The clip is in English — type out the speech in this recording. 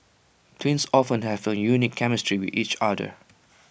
twins often have A unique chemistry with each other